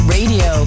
Radio